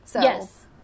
Yes